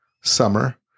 summer